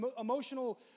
emotional